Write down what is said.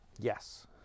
yes